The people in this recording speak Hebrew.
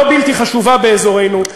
לא בלתי חשובה באזורנו,